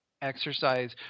Exercise